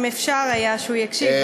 אם אפשר היה שהוא יקשיב,